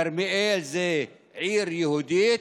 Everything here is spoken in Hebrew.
כרמיאל זו עיר יהודית,